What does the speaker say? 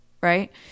Right